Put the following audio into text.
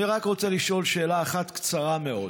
אני רק רוצה לשאול שאלה אחת, קצרה מאוד.